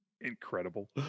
Incredible